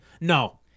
No